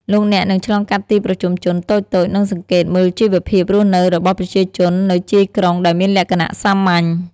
លោកអ្នកនឹងឆ្លងកាត់ទីប្រជុំជនតូចៗ និងសង្កេតមើលជីវភាពរស់នៅរបស់ប្រជាជននៅជាយក្រុងដែលមានលក្ខណៈសាមញ្ញ។